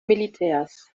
militärs